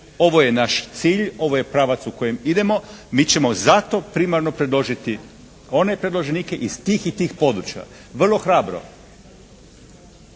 ovo je naš cilj, ovo je pravac u kojem idemo, mi ćemo za to primarno predložiti one predloženike iz tih i tih područja, vrlo hrabro.